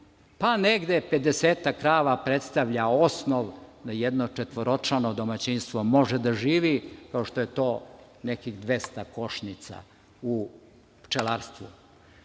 pa negde 50-ak krava predstavlja osnov da jedno četvoročlano domaćinstvo može da živi, kao što je to nekih 200 košnica u pčelarstvu. Pored